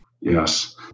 Yes